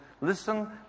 Listen